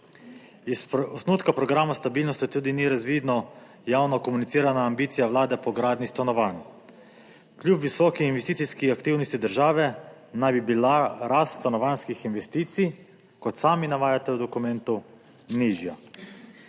Iz osnutka programa stabilnosti tudi ni razvidno javno komunicirana ambicija Vlade po gradnji stanovanj. Kljub visoki investicijski aktivnosti države naj bi bila rast stanovanjskih investicij, kot sami navajate v dokumentu, nižja.